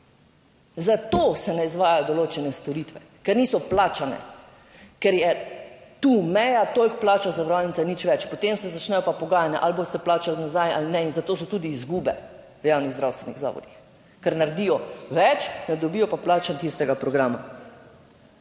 Za to se ne izvajajo določene storitve, ker niso plačane. Ker je tu meja, toliko plača zavarovalnica, nič več, potem se začnejo pa pogajanja, ali boste plačali nazaj ali ne in zato so tudi izgube v javnih zdravstvenih zavodih, ker naredijo več, ne dobijo pa plačati tistega programa.